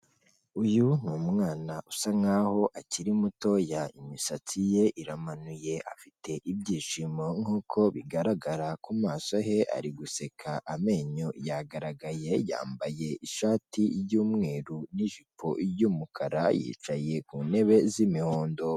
Uyu ni umwana usa nkaho akiri mutoya imisatsi ye iramanuye, afite ibyishimo nk'uko bigaragara ku maso he, ari guseka amenyo yagaragaye, yambaye ishati y'umweru n'ijipo y'umukara, yicaye ku ntebe z'imihondo.